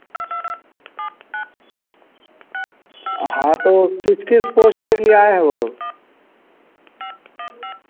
हाँ तो किस किस पोस्ट के लिए आए हैं वे लोग